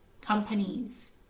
companies